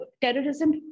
terrorism